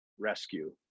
rescue